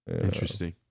Interesting